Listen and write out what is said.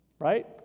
right